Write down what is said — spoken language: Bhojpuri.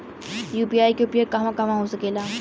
यू.पी.आई के उपयोग कहवा कहवा हो सकेला?